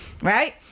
right